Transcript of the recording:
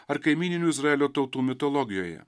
ar kaimyninių izraelio tautų mitologijoje